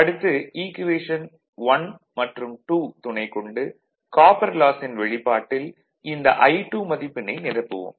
அடுத்து ஈக்குவேஷன் 1 மற்றும் 2 துணை கொண்டு காப்பர் லாஸின் வெளிப்பாட்டில் இந்த I2 மதிப்பினை நிரப்புவோம்